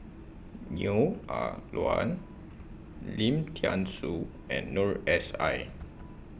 Neo Ah Luan Lim Thean Soo and Noor S I